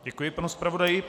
Děkuji panu zpravodaji.